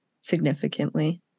significantly